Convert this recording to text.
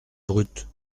brutes